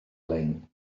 lein